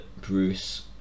Bruce